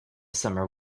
summer